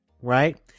right